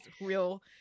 real